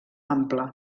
ample